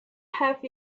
have